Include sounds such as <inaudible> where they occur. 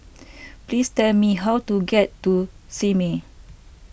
<noise> please tell me how to get to Simei